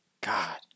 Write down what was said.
God